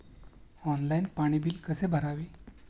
Online पाणी bill कसे भरावे?